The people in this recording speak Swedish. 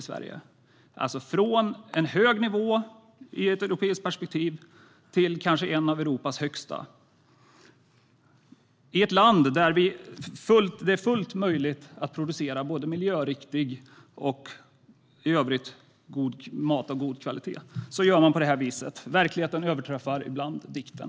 Sverige gick från en i europeiskt perspektiv hög nivå till en av Europas högsta nivåer. I ett land där det är fullt möjligt att producera mat som är både miljöriktig och i övrigt av god kvalitet gör man på det här viset. Verkligheten överträffar ibland dikten.